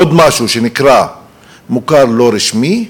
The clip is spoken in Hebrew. עוד משהו שנקרא "מוכר לא רשמי",